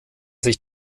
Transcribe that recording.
sich